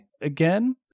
again